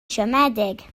siomedig